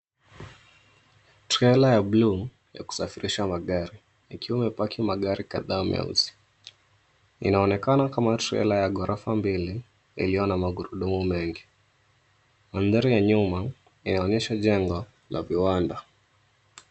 Trela ya buluu ya kusafirisha magari ikiwa imepaki magari kadhaa meusi. Inaonekana kama trela ya ghorofa mbili iliyo na magurudumu mengi. Mandhari ya nyuma inaonyesha jengo la viwanda.